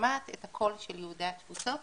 ושומעת את הקול של יהודי התפוצות